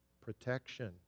protection